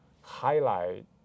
highlight